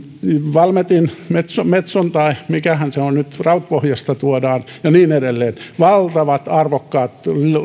valmetin metson metson tai mikähän se on nyt rautpohjasta tuodaan ja niin edelleen valtavat arvokkaat